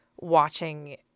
watching